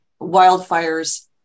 wildfires